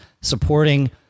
Supporting